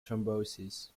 thrombosis